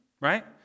Right